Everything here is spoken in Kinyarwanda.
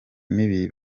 mibi